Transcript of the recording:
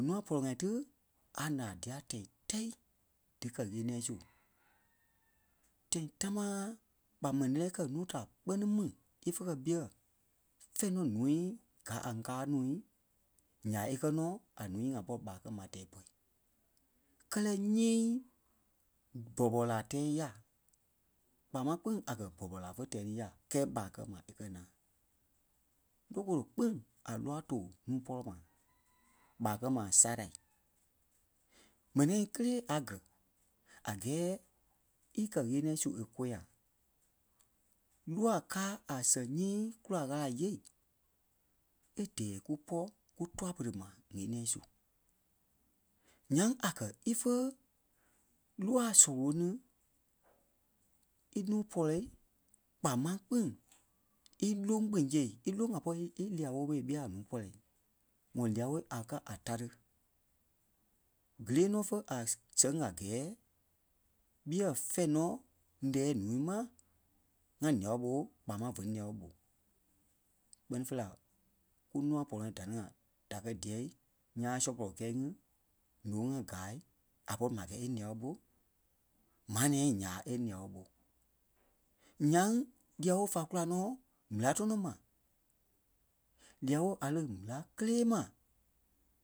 nûa pɔlɔ-ŋai tí a nàa dîa tɛi tɛ́i díkɛ ɣeniɛi su. Tãi támaa ɓa mɛni lɛ́lɛɛ kɛ́ núu da kpɛni mi ífe kɛ́ ɓɛyɛɛ fɛ̃ɛ nɔ ǹúui gáa a kâai núui nya é kɛ́ nɔ́ a núui ŋá pɔri ɓâa kɛ́ ma tɛɛ ɓɔ́i. Kɛ́lɛ nyii bɔpɔlɔ-láa tɛ̃ɛ nya. Kpaa máŋ kpîŋ a kɛ́ bɔpɔlɔ láa fé tɛ́ɛ ní ya kɛ́ɛ ɓâ kɛ́ ma e kɛ́ naa. Lòŋkoloŋ kpîŋ a lúwa tóo núu pɔlɔ ma ɓâa kɛ́ ma sârai. Mɛni-ŋai kélee a gɛ̀ a gɛɛ í kɛ́ ɣeniɛi su é kôya. Lûwa káa a sɛŋ nyii kúla Ɣâla yêei e dɛ́ɛ kúpɔ kútua pere mai ŋeniɛi su. Nyaŋ a kɛ́ ífe lúwa sɔlɔ ɓô ni ínuu pɔlɔ kpaa máŋ kpîŋ ílóŋ kpîŋ yêei. Íloŋ a pɔri í- ília-woo ɓôi ɓɛyaa a núu pɔlɔi. Ŋɔ lîa-woo a kɛ́ a táre. Gélee nɔ fé a- sɛŋ a gɛɛ ɓɛyɛɛ fɛ̃ɛ nɔ lɛ́ɛ núu mai ŋa lia-woo-ɓo kpaa máŋ vè lia-woo-ɓò. Kpɛ́ni fêi la kunûa pɔlɔ-ŋai da ni ŋai da kɛ̀ díyɛɛ nyãa sɔ pɔlɔ kɛ́ɛ ŋai nôŋ ŋa gaa a pɔri ma a gɛɛ é lia-woo-ɓo. Maa nɛ̃ɛ nyaa è lia-wóo-ɓo. Ńyaŋ lia-wóo fá kúla nɔ́ ɓɛla tɔnɔ ma. Lia-wóo a lí ɓela kélee ma